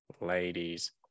Ladies